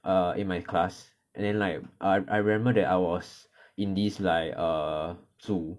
err in my class and then like err I remember that I was in this like err 组